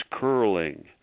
curling